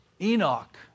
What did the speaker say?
Enoch